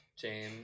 James